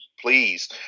please